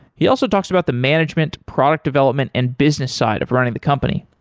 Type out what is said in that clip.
he also talks about the management, product development and business side of running the company.